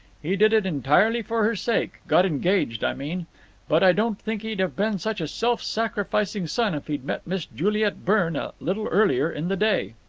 he did it entirely for her sake got engaged, i mean but i don't think he'd have been such a self-sacrificing son if he'd met miss juliet byrne a little earlier in the day.